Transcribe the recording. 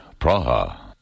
Praha